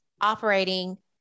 operating